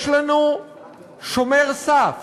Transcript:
יש לנו שומר סף